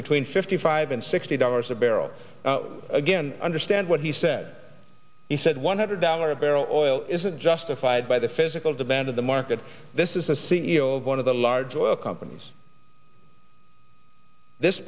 between fifty five and sixty dollars a barrel again understand what he said he said one hundred dollars a barrel oil isn't justified by the physical demand of the market this is a c e o of one of the large oil companies this